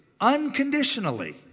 Unconditionally